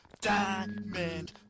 Diamond